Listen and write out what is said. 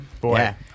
boy